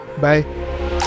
Bye